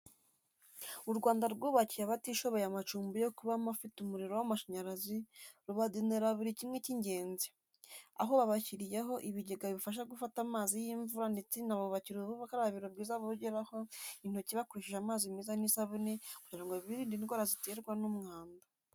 U Rwanda rwubakiye abatishoboye amacumbi yo kubamo afite umuriro w'amashanyarazi rubagenera buri kimwe cy'ingenzi, aho babashyiriyeho ibigega bibafasha gufata amazi y'imvura ndetse inabubakira ubukarabiro bwiza bogeraho intoki bakoresheje amazi meza n'isabune kugira ngo birinde indwara ziterwa n'umwanda.